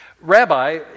Rabbi